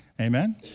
Amen